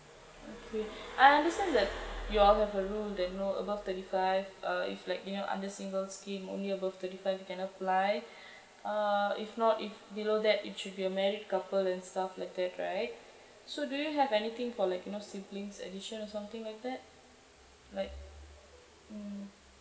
okay I understand that you all have a rule that you know above thirty five uh if like you know under singles scheme only above thirty five can apply uh if not if below that it should be a married couple and stuff like that right so do you have anything for like you know siblings edition something like that like mm